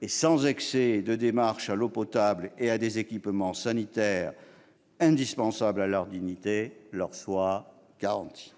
et sans excès de démarches à l'eau potable et à des équipements sanitaires indispensables à leur dignité leur soit garanti.